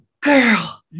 girl